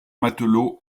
matelots